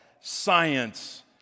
science